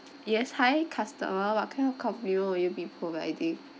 yes hi customer what kind of compliment will you be providing